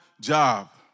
job